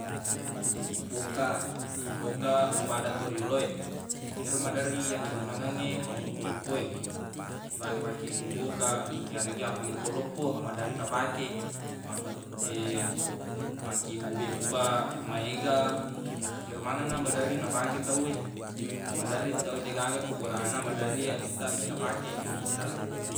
I boka boka pada toriyolo e ero maderri yakkegunangengnge famuttu loppo e ifake makkibbuq boka yaregga appigaukeng loppo maderri nafake mabbet- makkibbuq beppa maega ero manenna maderri nafake tawwe maderri tawwe deq gaga ko bolana maderri anuttaq mi nafake ninreng